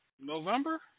November